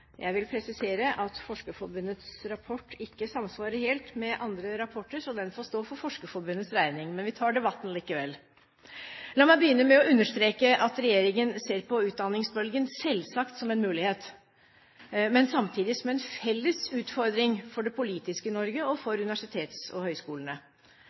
Jeg vil presisere at Forskerforbundets rapport ikke samsvarer helt med andre rapporter, så den får stå for Forskerforbundets regning, men vi tar debatten likevel. La meg begynne med å understreke at regjeringen ser på utdanningsbølgen selvsagt som en mulighet, men samtidig som en felles utfordring for det politiske Norge og for universitetene og høyskolene.